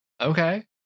Okay